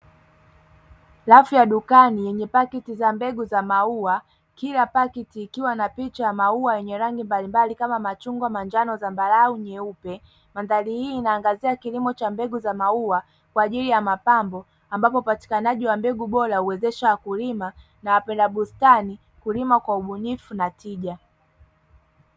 Rafu za dukani zenye paketi zambegu za maua. Kila paketi ikiwa na picha ya maua yenye rangi mbalimbali kama machungwa, manjano, zambarau, nyeupe. Mandhari hii inaangazia kilimo cha mbegu za maua kwa ajili ya mapambo, ambapo upatikanaji wa mbegu bora huwezesha wakulima na wapenda bustani kulima kwa ubunifu na tija."